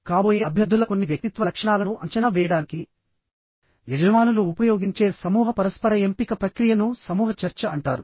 కాబోయే అభ్యర్థుల కొన్ని వ్యక్తిత్వ లక్షణాలను అంచనా వేయడానికి యజమానులు ఉపయోగించే సమూహ పరస్పర ఎంపిక ప్రక్రియను సమూహ చర్చ అంటారు